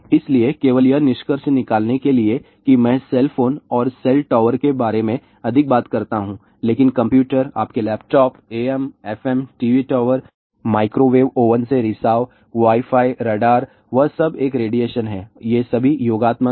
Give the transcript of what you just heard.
इसलिए केवल यह निष्कर्ष निकालने के लिए कि मैं सेल फोन और सेल टॉवर के बारे में अधिक बात करता हूं लेकिन कंप्यूटर आपके laptop AM FM TV tower microwave oven से रिसाव वाई फाई रडार वह सब एक रेडिएशन है और ये सभी योगात्मक हैं